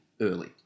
early